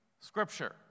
scripture